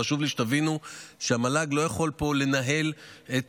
חשוב לי שתבינו שהמל"ג לא יכול לנהל פה